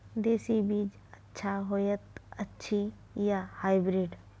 देसी बीज अच्छा होयत अछि या हाइब्रिड?